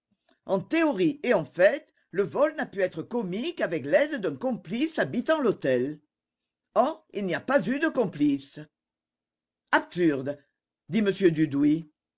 en théorie et en fait le vol n'a pu être commis qu'avec l'aide d'un complice habitant l'hôtel or il n'y a pas eu de complice absurde dit m dudouis